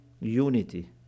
unity